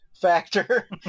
factor